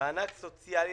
לגבי מענק סוציאלי